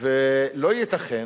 לא ייתכן